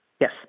Yes